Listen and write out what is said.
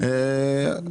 בהמשך.